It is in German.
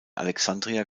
alexandria